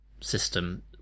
system